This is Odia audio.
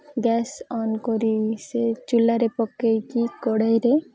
ଗ୍ୟାସ୍ ଅନ୍ କରି ସେ ଚୁଲାରେ ପକାଇକି କଢ଼େଇରେ